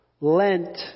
Lent